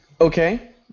okay